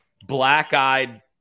black-eyed